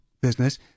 business